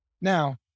Now